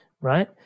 Right